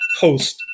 post